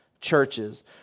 churches